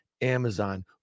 Amazon